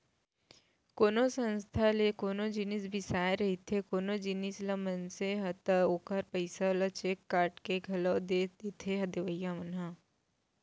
कोनो संस्था ले कोनो जिनिस बिसाए रहिथे कोनो जिनिस ल मनसे ह ता ओखर पइसा ल चेक काटके के घलौ दे देथे देवइया मन ह